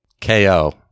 KO